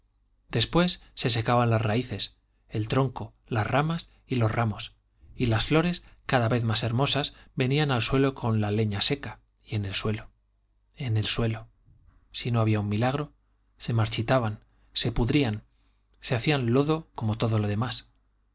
después se secaban las raíces el tronco las ramas y los ramos y las flores cada vez más hermosas venían al suelo con la leña seca y en el suelo en el suelo si no había un milagro se marchitaban se pudrían se hacían lodo como todo lo demás